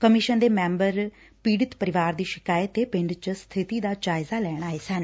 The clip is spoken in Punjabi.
ਕਮਿਸ਼ਨ ਦੇ ਮੈਂਬਰ ਪੀੜਤ ਪਰਿਵਾਰ ਦੀ ਸ਼ਿਕਾਇਤ ਤੇ ਪਿੰਡ ਚ ਸਥਿਤੀ ਦਾ ਜਾਇਜ਼ਾ ਲੈਣ ਆਏ ਸਨ